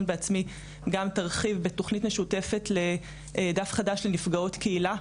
"בעצמי" אחר כך גם תרחיב בתוכנית משותפת ל"דף חדש" לנפגעות קהילה.